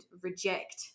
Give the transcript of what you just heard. reject